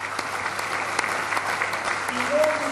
(מחיאות כפיים)